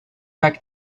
back